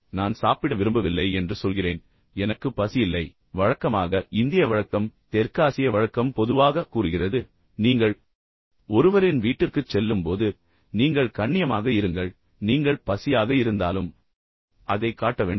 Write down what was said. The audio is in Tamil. நான் சாப்பிட விரும்பவில்லை என்று சொல்கிறேன் எனக்கு பசி இல்லை வழக்கமாக இந்திய வழக்கம் தெற்காசிய வழக்கம் பொதுவாக கூறுகிறது நீங்கள் ஒருவரின் வீட்டிற்குச் செல்லும்போது நீங்கள் கண்ணியமாக இருங்கள் நீங்கள் பசியாக இருந்தாலும் அதைக் காட்ட வேண்டாம்